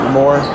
more